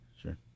Sure